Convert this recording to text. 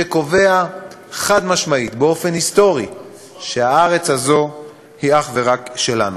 שקובע חד-משמעית באופן היסטורי שהארץ הזאת היא אך ורק שלנו.